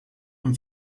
and